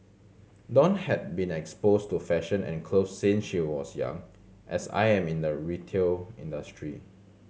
dawn had been exposed to fashion and clothes since she was young as I am in the retail industry